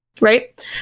right